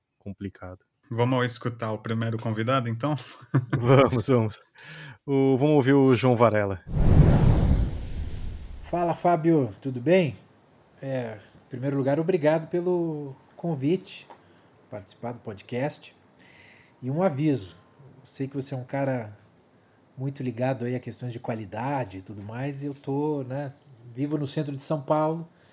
complicado. Vamos escutar o primeiro convidado, então? Vamos, vamos. O- vamos ouvir o João Varela. Fala, Fábio. Tudo bem? É, em primeiro lugar, obrigado pelo convite, participar do podcast. E um aviso, eu sei que você é um cara muito ligado aí a questões de qualidade e tudo mais, e eu tô, né, vivo no centro de São Paulo,